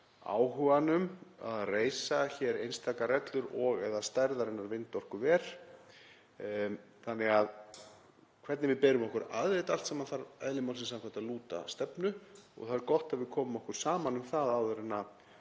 áhuganum á að reisa hér einstakar rellur og/eða stærðarinnar vindorkuver. Það hvernig við berum okkur að við þetta allt saman þarf því eðli málsins samkvæmt að lúta stefnu og það er gott að við komum okkur saman um það áður en